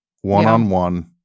one-on-one